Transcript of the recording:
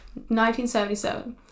1977